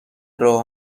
راه